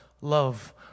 love